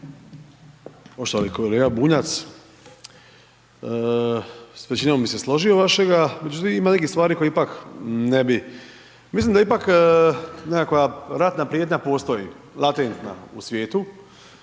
Poštovani kolega Bunjac, s većinom bi se složio vašega, međutim, ima nekih stvari koje ipak ne bi, mislim da ipak nekakva ratna prijetnja postoji, latentna u svijetu.